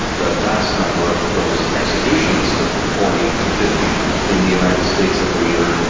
the vast number of those executions, the forty to fifty in the united states every year,